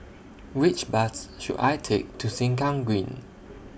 Which Bus should I Take to Sengkang Green